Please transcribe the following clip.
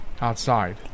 outside